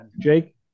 Jake